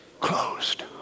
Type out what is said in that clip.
closed